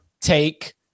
take